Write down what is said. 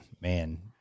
man